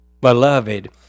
Beloved